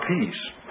peace